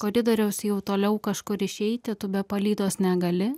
koridoriaus jau toliau kažkur išeiti tu be palydos negali